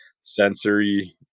sensory